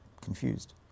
confused